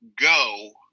go